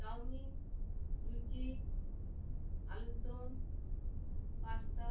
chowmein luchi আলুর দম pasta